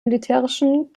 militärischen